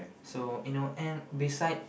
so you know and beside